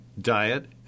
diet